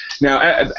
Now